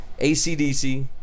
ACDC